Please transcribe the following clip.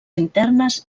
internes